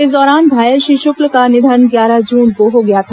इस दौरान घायल श्री शुक्ल का निधन ग्यारह जून को हो गया था